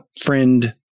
Friend